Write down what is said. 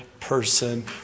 person